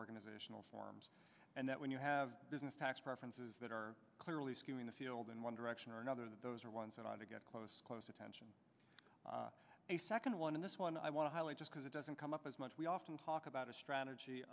organizational forms and that when you have business tax preferences that are clearly skewing the field in one direction or another that those are ones that are to get close close attention a second one in this one i want to just because it doesn't come up as much we often talk about a strategy